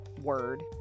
word